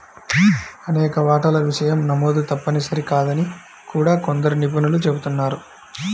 అనేక వాటాల విషయం నమోదు తప్పనిసరి కాదని కూడా కొందరు నిపుణులు చెబుతున్నారు